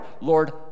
Lord